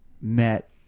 met